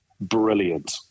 brilliant